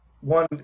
One